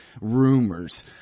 rumors